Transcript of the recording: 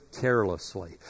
carelessly